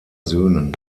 söhnen